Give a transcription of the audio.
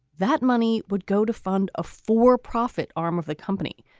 that money would go to fund a for profit arm of the company,